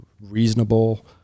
reasonable